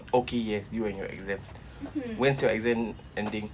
okay yes you and your exams when's your exam ending